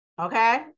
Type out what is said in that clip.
Okay